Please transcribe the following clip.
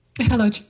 Hello